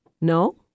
No